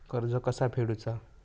कर्ज कसा फेडुचा?